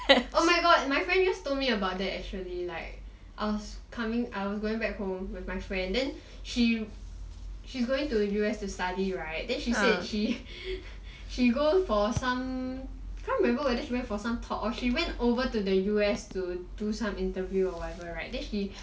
oh my god my friend just told me about that actually I was going back home with my friend then she going to U_S to study right then she said she go for some can't remember whether she went for some talk or she went over to the U_S to do some interview or whatever right then she